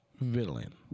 villain